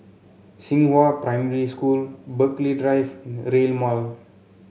Xinghua Primary School Burghley Drive and Rail Mall